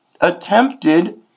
attempted